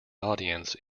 audience